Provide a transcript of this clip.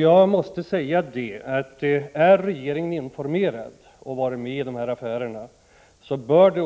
Jag måste säga att om regeringen är informerad om vilka belopp det gäller, då bör det